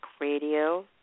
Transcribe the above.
Radio